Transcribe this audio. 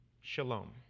shalom